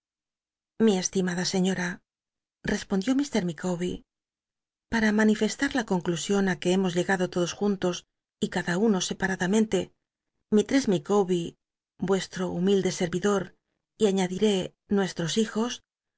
mi estimada señora respondió ll lr liicawbe para manifestar la conciusion á que hemos llegado todos juntos y cad t uno separadamente mistress micawber vuestro humilde scrvidot y a adiré nuestros hijos